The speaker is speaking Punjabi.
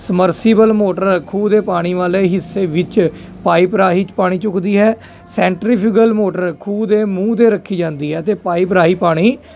ਸਮਰਸੀਬਲ ਮੋਟਰ ਖੂਹ ਦੇ ਪਾਣੀ ਵਾਲੇ ਹਿੱਸੇ ਵਿੱਚ ਪਾਈਪ ਰਾਹੀਂ ਪਾਣੀ ਚੁੱਕਦੀ ਹੈ ਸੈਂਟਰੀਫਿਕਲ ਮੋਟਰ ਖੂਹ ਦੇ ਮੂੰਹ 'ਤੇ ਰੱਖੀ ਜਾਂਦੀ ਹੈ ਅਤੇ ਪਾਈਪ ਰਾਹੀਂ ਪਾਣੀ